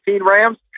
Rams